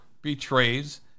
betrays